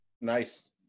Nice